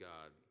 God